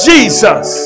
Jesus